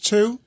Two